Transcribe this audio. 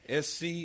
SC